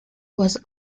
was